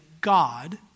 God